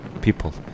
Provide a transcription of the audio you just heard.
People